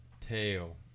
tail